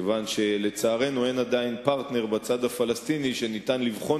מכיוון שלצערנו עדיין אין פרטנר בצד הפלסטיני שניתן לבחון